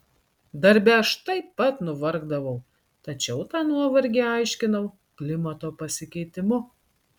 darbe aš taip pat nuvargdavau tačiau tą nuovargį aiškinau klimato pasikeitimu